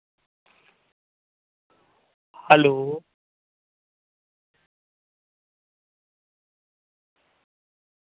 hello